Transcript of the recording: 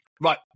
right